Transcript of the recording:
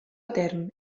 etern